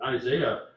isaiah